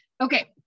Okay